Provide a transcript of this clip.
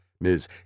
Ms